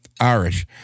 Irish